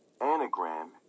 Anagram